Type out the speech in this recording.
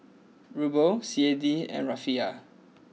Ruble C A D and Rufiyaa